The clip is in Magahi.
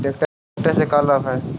ट्रेक्टर से का लाभ है?